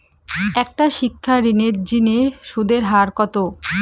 একটা শিক্ষা ঋণের জিনে সুদের হার কত?